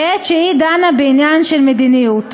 בעת שהיא דנה בעניין של מדיניות.